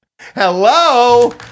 Hello